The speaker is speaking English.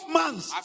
months